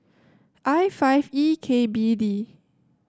I five E K B D